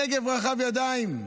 הנגב רחב ידיים.